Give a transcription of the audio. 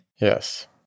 Yes